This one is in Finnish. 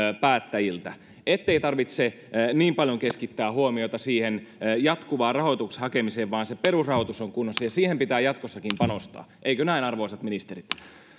päättäjiltä ettei tarvitse niin paljon keskittää huomiota siihen jatkuvaan rahoituksen hakemiseen vaan se perusrahoitus on kunnossa siihen pitää jatkossakin panostaa eikö näin arvoisat ministerit